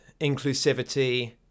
inclusivity